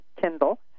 Kindle